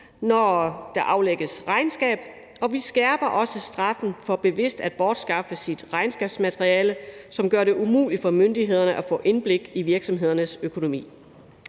når der aflægges regnskab, strammes. Og vi skærper også straffen for bevidst at bortskaffe sit regnskabsmateriale, hvilket gør det umuligt for myndighederne at få indblik i virksomhedernes økonomi,